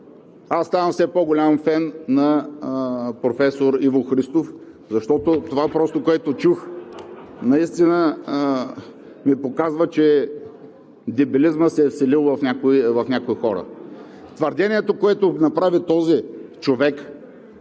Аз ставам все по голям фен на професор Иво Христов (смях), защото това, което чух, наистина ми показва, че дебилизмът се е вселил в някои хора. Твърдението, което направи този човек,